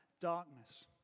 darkness